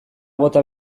bota